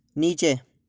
नीचे